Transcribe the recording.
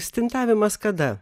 stintavimas kada